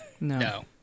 No